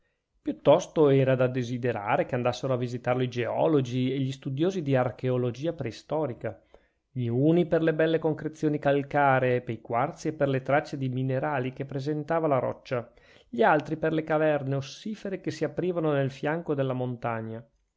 piuttosto era da desiderare che andassero a visitarlo i geologi e gli studiosi di archeologia preistorica gli uni per le belle concrezioni calcaree pei quarzi e per le tracce di minerali che presentava la roccia gli altri per le caverne ossifere che si aprivano nel fianco della montagna